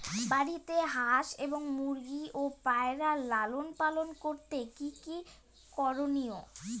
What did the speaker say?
বাড়িতে হাঁস এবং মুরগি ও পায়রা লালন পালন করতে কী কী করণীয়?